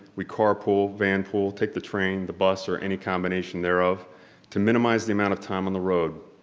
we carpool, van pool, take the train, the bus or any combination thereof to minimize the amount of time on the road.